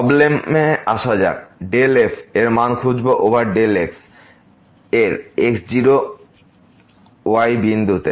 প্রবলেমে আসা যাক del f এর মান খুঁজুন ওভার del x এর x0 y বিন্দুতে